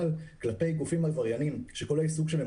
אבל כלפי גופים עברייניים שכל העיסוק שלהם